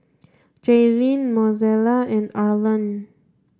Jailyn Mozella and Arlan